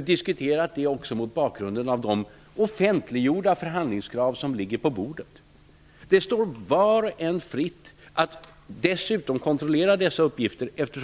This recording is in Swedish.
diskuterat resultaten mot bakgrund av de offentliggjorda förhandlingskrav som ligger på bordet. Det står var och en fritt att dessutom kontrollera dessa uppgifter.